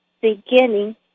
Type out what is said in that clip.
beginning